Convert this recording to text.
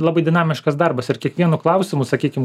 labai dinamiškas darbas ir kiekvienu klausimu sakykim